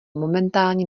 momentálně